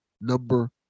number